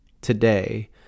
Today